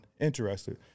interested